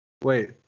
wait